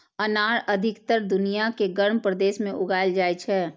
अनार अधिकतर दुनिया के गर्म प्रदेश मे उगाएल जाइ छै